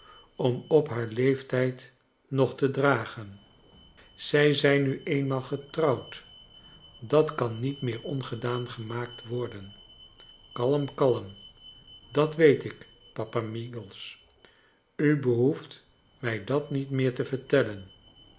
om op haar leeftijd nog te dragen zij zijn nu eenmaal getrouwd dat kan niet meer ongedaan gemaakt worden kalm kalm dat weet ik papa meagles u behoeft mij dat niet meer te vertellen